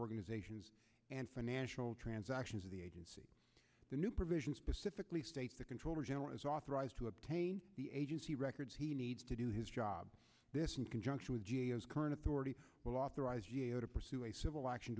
organizations and financial transactions of the agency the new provision specifically state the controller general is authorized to obtain the agency records he needs to do his job conjunction with current authority will authorize g a o to pursue a civil action